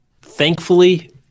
Thankfully